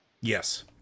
yes